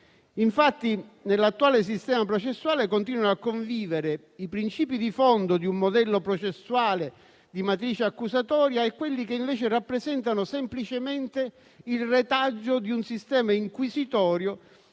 Infatti, nell'attuale sistema processuale continuano a convivere i principi di fondo di un modello processuale di matrice accusatoria e quelli che, invece, rappresentano semplicemente il retaggio di un sistema inquisitorio,